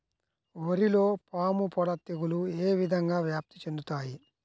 వరిలో పాముపొడ తెగులు ఏ విధంగా వ్యాప్తి చెందుతాయి?